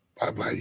Bye-bye